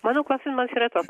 mano klausimas yra toks